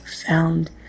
found